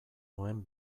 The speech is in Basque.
nuen